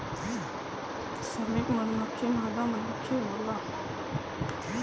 श्रमिक मधुमक्खी मादा मधुमक्खी होला